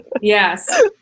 Yes